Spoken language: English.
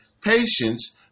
patience